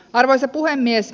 arvoisa puhemies